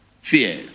Fear